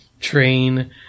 train